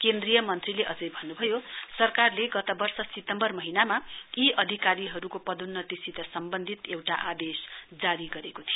केन्द्रीय मन्त्रीले अझै भन्न्भयो सरकारले गत वर्ष सितम्बर महीनामा यी अधिकारीहरूको पदोन्नतिसित सम्बन्धित एउटा आदेश जारी गरेको थियो